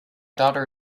daughter